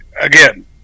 again –